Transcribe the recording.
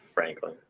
Franklin